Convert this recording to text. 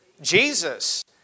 Jesus